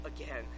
again